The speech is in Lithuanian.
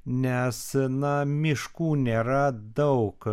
nes na miškų nėra daug